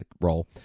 role